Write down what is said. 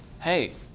hey